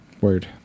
Word